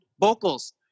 Vocals